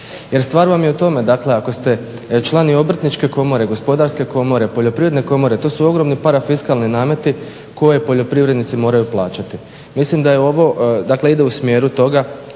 Jer stvar vam je u tome, dakle ako ste član i Obrtničke komore, Gospodarske komore, Poljoprivredne komore to su ogromni parafiskalni nameti koje poljoprivrednici moraju plaćati. Mislim da je ovo, dakle ide u smjeru toga